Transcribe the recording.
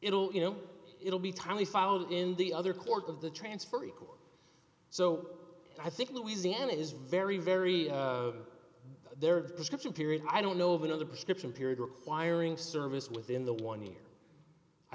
it'll you know it'll be timely filed in the other court of the transfer request so i think louisiana is very very their description period and i don't know of another prescription period requiring service within the one year i